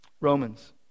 Romans